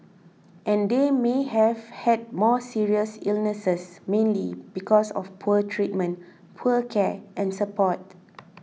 and they may have had more serious illnesses mainly because of poor treatment poor care and support